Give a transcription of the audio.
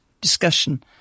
discussion